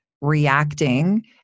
reacting